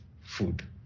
food